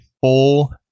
full